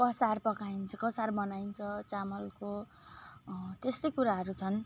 कसार पकाइन्छ कसार बनाइन्छ चामलको त्यस्तै कुराहरू छन्